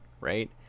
right